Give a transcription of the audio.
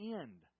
end